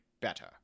better